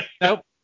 Nope